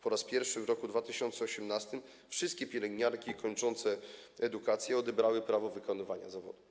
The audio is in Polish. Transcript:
Po raz pierwszy w roku 2018 wszystkie pielęgniarki kończące edukację odebrały prawo wykonywania zawodu.